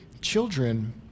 children